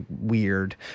weird